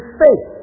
faith